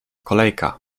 kolejka